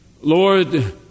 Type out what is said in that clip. Lord